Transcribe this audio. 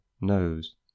knows